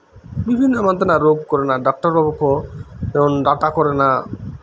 ᱵᱤᱵᱷᱤᱱᱱᱚ ᱮᱢᱟᱱ ᱛᱮᱱᱟᱜ ᱨᱳᱜᱽ ᱠᱚᱨᱮᱱᱟᱜ ᱰᱟᱠᱛᱟᱨ ᱵᱟᱵᱩ ᱠᱚ ᱡᱮᱢᱚᱱ ᱰᱟᱴᱟ ᱠᱚᱨᱮᱱᱟᱜ